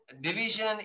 division